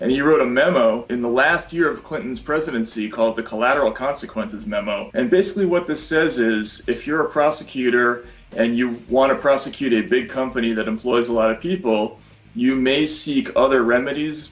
you wrote a memo in the last year of clinton's presidency called the collateral consequences memo and basically what this says is if you're a prosecutor and you want to prosecute a big company that employs a lot of people you may seek other remedies